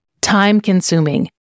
time-consuming